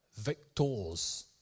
victors